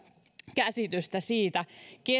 käsitystä vastaan siitä